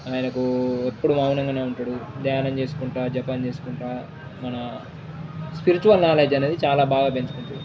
ఆయనకు ఎప్పుడు మౌనంగానే ఉంటాడు ధ్యానం చేసుకుంటూ జపం చేసుకుంటూ మన స్పిరిచువల్ నాలెడ్జ్ అనేది చాలా బాగా పెంచుకుంటు